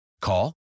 Call